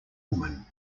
woman